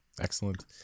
excellent